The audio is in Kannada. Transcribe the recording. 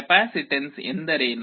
ಕೆಪಾಸಿಟನ್ಸ್ ಎಂದರೇನು